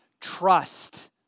Trust